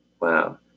wow